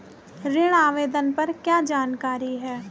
ऋण आवेदन पर क्या जानकारी है?